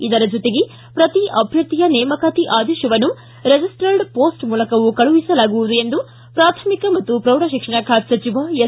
ಇದರ ಜೊತೆಗೆ ಪ್ರತಿ ಅಭ್ಯರ್ಥಿಯ ನೇಮಕಾತಿ ಆದೇಶವನ್ನು ರಿದಿಸ್ವರ್ಡ್ ಪೋಸ್ಟ್ ಮೂಲಕವೂ ಕಳುಹಿಸಲಾಗುವುದು ಎಂದು ಪ್ರಾಥಮಿಕ ಮತ್ತು ಪ್ರೌಢಶಿಕ್ಷಣ ಖಾತೆ ಸಚಿವ ಎಸ್